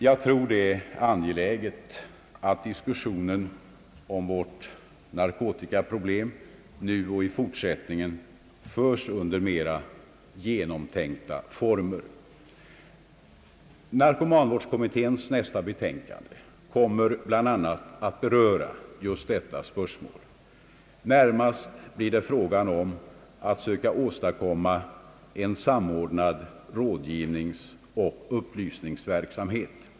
Jag tror att det är angeläget att diskussionen om vårt narkotikaproblem nu och i fortsättningen förs under mera genomtänkta former. Narkomanvårdskommitténs nästa betänkande kommer bl.a. att beröra just dessa spörsmål. Närmast blir det frågan om att söka åstadkomma en samordnad rådgivningsoch upplysningsverksamhet.